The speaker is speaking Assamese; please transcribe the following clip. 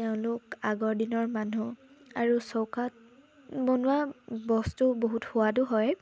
তেওঁলোক আগৰ দিনৰ মানুহ আৰু চৌকাত বনোৱা বস্তু বহুত সোৱাদো হয়